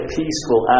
peaceful